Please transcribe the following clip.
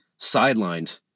sidelined